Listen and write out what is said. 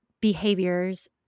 behaviors